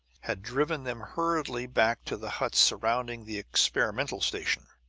had driven them hurriedly back to the huts surrounding the experimental station.